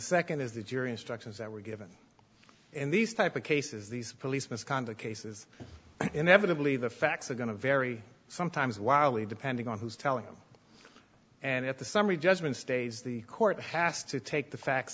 second is the jury instructions that were given in these type of cases these police misconduct cases inevitably the facts are going to vary sometimes wildly depending on who's telling them and at the summary judgment stays the court has to take the facts